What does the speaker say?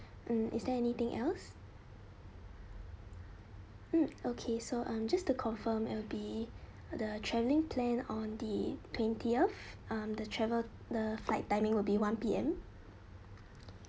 mm is there anything else mm okay so um just to confirm will be the travelling plan on the twentieth um the travel the flight timing will be one P_M